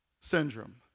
syndrome